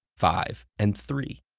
five, and three.